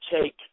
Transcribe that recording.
take